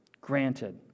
Granted